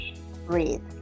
Breathe